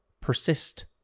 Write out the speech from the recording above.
persist